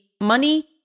money